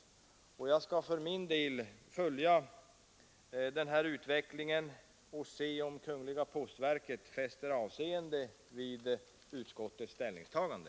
Jag skall för min del följa utvecklingen av denna fråga och se om kungl. postverket fäster avseende vid utskottets ställningstagande.